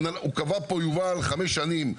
פה חמש שנים,